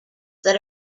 that